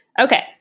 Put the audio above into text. Okay